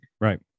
Right